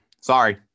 Sorry